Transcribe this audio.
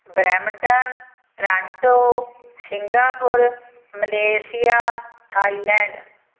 Brampton Toronto Singapore Malaysia Thailand